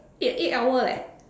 eight eight hour leh